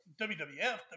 WWF